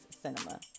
cinema